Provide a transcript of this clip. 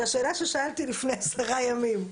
לשאלה ששאלתי לפני 10 ימים,